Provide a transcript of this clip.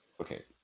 Okay